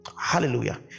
Hallelujah